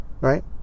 right